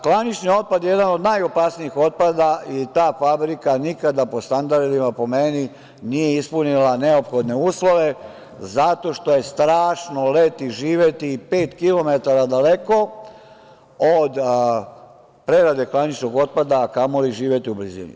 Klanični otpad jedan od najopasnijih otpada i ta fabrika nikada po standardima po meni nije ispunila neophodne uslove zato što je strašno leti živeti pet kilometara daleko od prerade klaničnog otpada, a kamo li živeti u blizini.